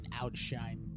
outshine